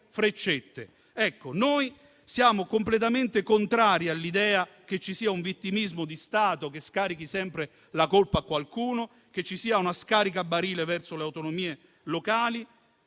Noi siamo completamente contrari all'idea che ci sia un vittimismo di Stato che scarichi sempre la colpa a qualcuno, che ci sia uno scaricabarile verso le autonomie locali